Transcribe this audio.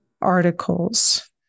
Articles